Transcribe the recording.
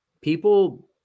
people